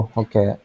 okay